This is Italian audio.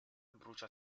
brucia